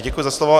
Děkuji za slovo.